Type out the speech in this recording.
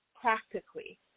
practically